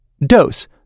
Dose